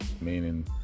Meaning